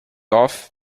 off